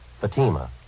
Fatima